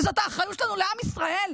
וזאת האחריות שלנו לעם ישראל,